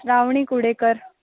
Shravani Kudekar